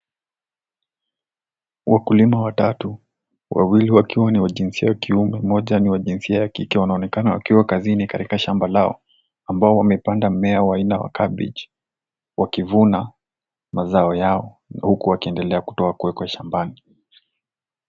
Wakulima watatu, wawili wakiwa ni wa jinsia ya kiume, mmoja ni wa jinsia ya kike wanaonekana wakiwa kazini katika shamba lao ambao wamepanda mmea wa aina wa cabbage wakivuna mazao yao uku wakiendelea kutoa kueko shambani.